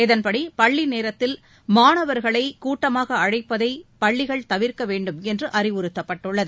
இதன்படி பள்ளி நேரத்தில் மாணவர்களை கூட்டமாக அழைப்பதை பள்ளிகள் தவிர்க்க வேண்டும் என்று அறிவுறுத்தப்பட்டுள்ளது